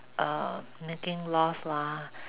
uh making loss lah